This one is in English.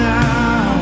now